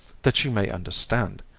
that you may understand.